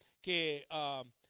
que